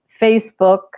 Facebook